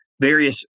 various